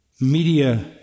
Media